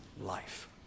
life